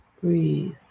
Breathe